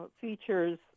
features